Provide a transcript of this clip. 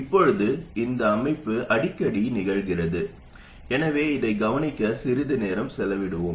இப்போது இந்த அமைப்பு அடிக்கடி நிகழ்கிறது எனவே இதைப் கவனிக்க சிறிது நேரம் செலவிடுவோம்